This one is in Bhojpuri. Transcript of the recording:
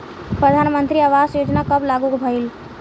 प्रधानमंत्री आवास योजना कब लागू भइल?